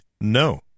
No